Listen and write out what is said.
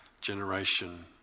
generation